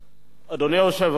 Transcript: אדוני היושב-ראש,